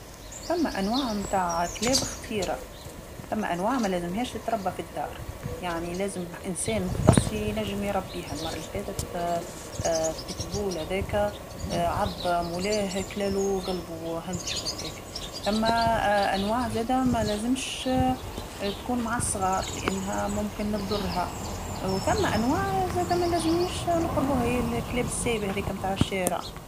ثما أنواع تاع كلاب ختيره، ثما أنواع مالازمهاش تتربى في الدار، يعني لازم انسان مختص ينجم يربيها، المره اللي فاتت بيتبول هذاكا عض مولاه كلالو قلبو وهنتشو هكاك، ثما أنواع زاده مالازمش تكون مع الصغار لأنها ممكن تضرها، وثما أنواع زاده مالازملوش نقربوها اللي هي الكلاب السايبة هاذيكا تاع الشارع.